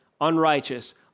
unrighteous